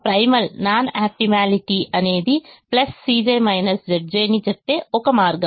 కాబట్టి primal non optimality అనేది Cj Zj ని చెప్పే ఒక మార్గం